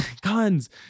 Guns